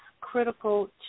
critical